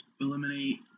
eliminate